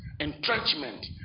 entrenchment